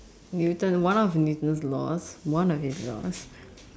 Newton one of the Newton law one of its law